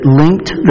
linked